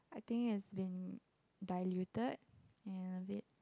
I think it's been diluted and a bit